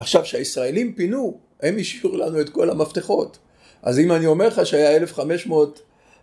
עכשיו כשהישראלים פינו, הם השאירו לנו את כל המפתחות. אז אם אני אומר לך שהיה 1,500